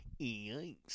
Yikes